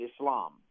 Islam